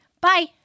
Bye